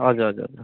हजुर हजुर हजुर